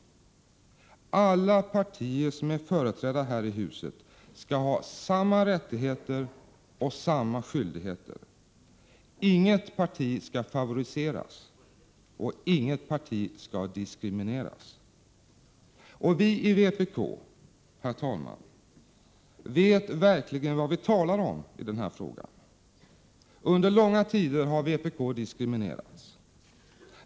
Alla partier som är företrädda här i huset skall ha samma rättigheter och skyldigheter. Inget parti skall favoriseras. Inget parti skall diskrimineras. Vii vpk, herr talman, vet verkligen vad vi talar om i den här frågan. Under långa tider har vpk diskriminerats.